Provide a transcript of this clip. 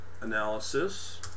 analysis